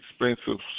expensive